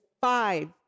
five